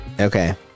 Okay